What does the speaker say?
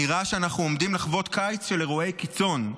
נראה שאנחנו עומדים לחוות קיץ של אירועי קיצון.